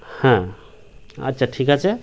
হ্যাঁ আচ্ছা ঠিক আছে